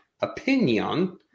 opinion